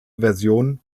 version